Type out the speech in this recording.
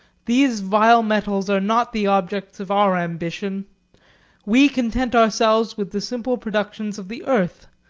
these vile metals are not the objects of our ambition we content ourselves with the simple productions of the earth.